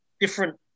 different